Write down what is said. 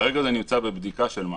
כרגע זה נמצא בבדיקה של מח"ש.